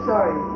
Sorry